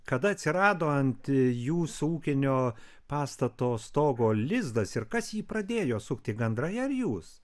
kada atsirado ant jūsų ūkinio pastato stogo lizdas ir kas jį pradėjo sukti gandrai ar jūs